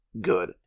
good